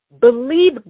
Believe